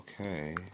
Okay